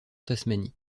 tasmanie